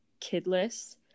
kidless